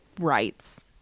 rights